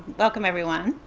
welcome everyone.